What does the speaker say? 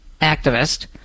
activist